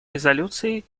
резолюции